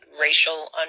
racial